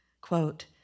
quote